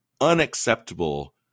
unacceptable